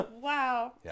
Wow